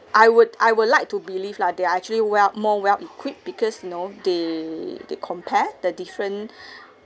I would I would like to believe lah they are actually well more well equipped because you know they they compare the different